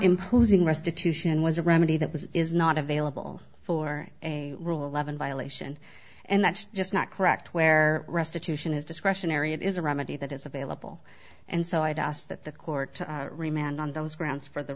imposing restitution was a remedy that was is not available for a rule eleven violation and that's just not correct where restitution is discretionary it is a remedy that is available and so i'd ask that the court to remain on those grounds for the